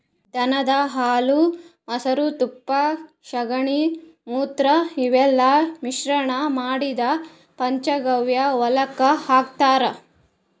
ದನದ್ ಹಾಲ್ ಮೊಸ್ರಾ ತುಪ್ಪ ಸಗಣಿ ಮೂತ್ರ ಇವೆಲ್ಲಾ ಮಿಶ್ರಣ್ ಮಾಡಿದ್ದ್ ಪಂಚಗವ್ಯ ಹೊಲಕ್ಕ್ ಹಾಕ್ತಾರ್